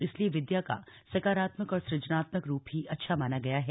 इसलिए विद्या का सकारात्मक और सुजनात्मक रूप ही अच्छा माना गया है